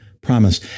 promise